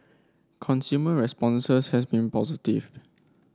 consumer responses have been positive